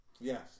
Yes